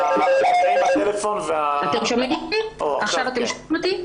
עכשיו, אתם שומעים אותי?